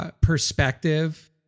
perspective